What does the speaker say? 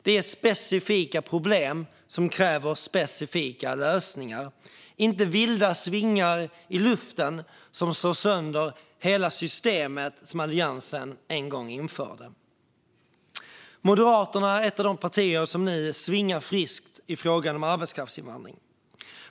Det är specifika problem som kräver specifika lösningar, inte vilda svingar i luften som slår sönder hela systemet som Alliansen en gång införde. Moderaterna är ett av de partier som nu svingar friskt i frågan om arbetskraftinvandring.